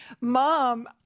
mom